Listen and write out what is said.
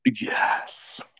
Yes